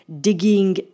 digging